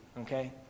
okay